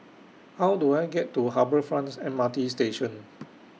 How Do I get to Harbour Fronts M R T Station